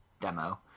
demo